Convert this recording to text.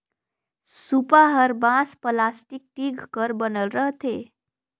सूपा हर बांस, पलास्टिक, टीग कर बनल रहथे